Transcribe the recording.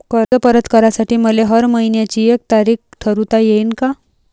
कर्ज परत करासाठी मले हर मइन्याची एक तारीख ठरुता येईन का?